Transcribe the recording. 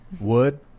Wood